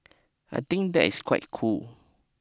I think that is quite cool